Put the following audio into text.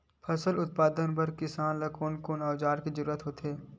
फसल उत्पादन बर किसान ला कोन कोन औजार के जरूरत होथे?